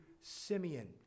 Simeon